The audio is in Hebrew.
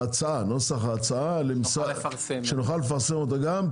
נוסח ההצעה שנוכל לפרסם אותה גם.